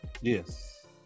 Yes